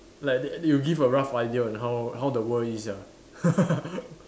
like they they will give a rough idea on how how the world is ah